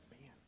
man